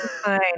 fine